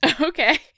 Okay